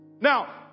Now